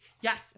Yes